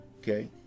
Okay